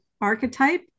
archetype